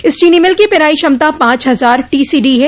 इस चीनी मिल की पेराई क्षमता पांच हजार टीसीडी है